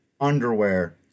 underwear